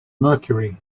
mercury